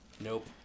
Nope